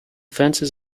fences